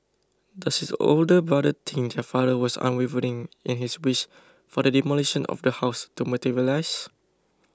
does his older brother think their father was unwavering in his wish for the demolition of the house to materialise